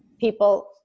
people